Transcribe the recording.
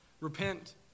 Repent